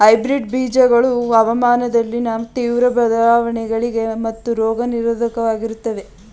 hybrid ಬೀಜಗಳು ಹವಾಮಾನದಲ್ಲಿನ ತೀವ್ರ ಬದಲಾವಣೆಗಳಿಗೆ ಮತ್ತು ರೋಗ ನಿರೋಧಕವಾಗಿರುತ್ತವೆ